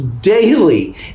daily